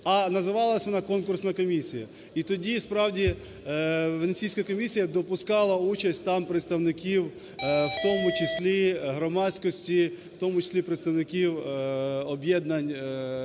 а називалась вона "конкурсна комісія". І тоді, справді, Венеційська комісія допускала участь там представників, в тому числі громадськості, в тому числі представників об'єднань,